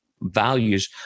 values